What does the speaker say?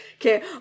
Okay